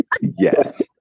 yes